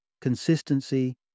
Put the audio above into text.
consistency